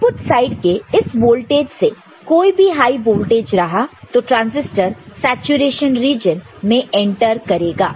input side के इस voltage से कोई भी हाई वोल्टेज रहा तो ट्रांजिस्टर सैचुरेशन में एंटर करेगा